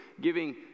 giving